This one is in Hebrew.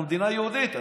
אנחנו מדינה יהודית,